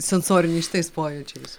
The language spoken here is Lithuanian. sensoriniais šitais pojūčiais